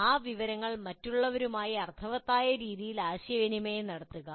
ആ വിവരങ്ങൾ മറ്റുള്ളവരുമായി അർത്ഥവത്തായ രീതിയിൽ ആശയവിനിമയം നടത്തുക